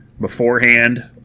beforehand